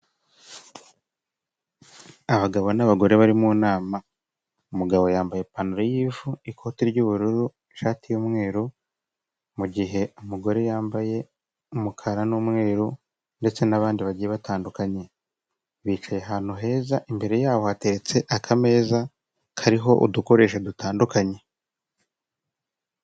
Abagabo n'abagore bari mu nama umugabo yambaye ipantaro y'ivu, ikote ry'ubururu, ishati y'umweru. Mu gihe umugore yambaye umukara n'umweru ndetse n'bandi bagiye batandukanye, bicaye ahantu heza imbere yabo hatetse akameza kariho udukoresho dutandukanye.